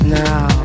now